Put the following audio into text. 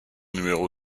numéro